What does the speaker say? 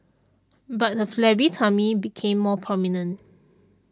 but her flabby tummy became more prominent